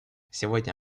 сегодня